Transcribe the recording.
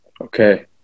Okay